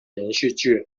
连续剧